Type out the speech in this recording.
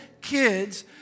kids